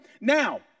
Now